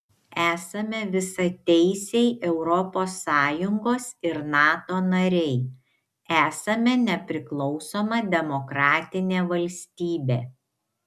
esame visateisiai europos sąjungos ir nato nariai esame nepriklausoma demokratinė valstybė